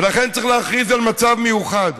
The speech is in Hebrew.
ולכן צריך להכריז על מצב מיוחד.